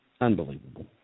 Unbelievable